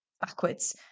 backwards